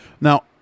Now